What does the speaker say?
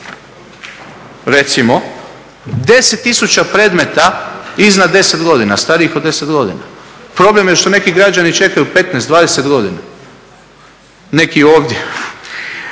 recimo 10000 predmeta iznad 10 godina, starijih od 10 godina. Problem je što neki građani čekaju 15, 20 godina, neki ovdje.